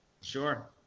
Sure